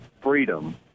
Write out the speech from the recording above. freedom